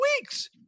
weeks